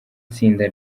tsinda